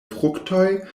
fruktoj